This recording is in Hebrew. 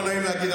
לא נעים להגיד,